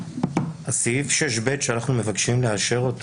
אכפנו את זה בסעיף אחר מחוק עזר אחר,